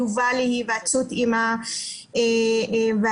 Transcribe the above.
יובא להיוועצות עם הוועדה.